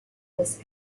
this